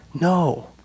No